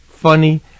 funny